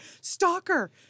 stalker